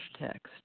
text